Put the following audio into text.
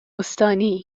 استانی